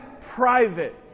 private